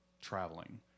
traveling